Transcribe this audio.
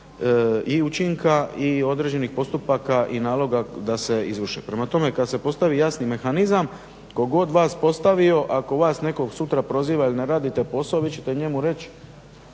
i učinka i određenih postupaka i naloga da se izvrše. Prema tome, kad se postavi jasan mehanizam, tko god vas postavio, ako vas netko sutra proziva ili ne radite posao vi ćete njemu reći,